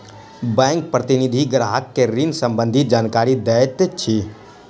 bank प्रतिनिधि ग्राहक के ऋण सम्बंधित जानकारी दैत अछि